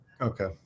Okay